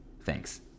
Thanks